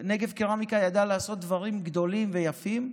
נגב קרמיקה ידע לעשות דברים גדולים ויפים,